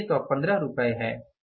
यह 615 रुपये है